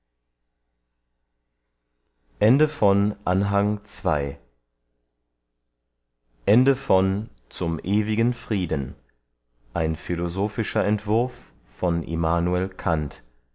zum ewigen frieden ein philosophischer entwurf von immanuel